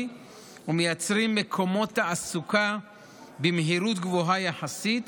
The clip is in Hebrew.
ומייצרים מקומות תעסוקה במהירות רבה יחסית,